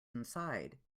inside